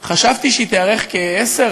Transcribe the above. חשבתי שהיא תארך עשר,